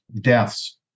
deaths